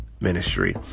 ministry